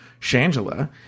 Shangela